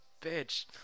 bitch